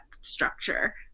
structure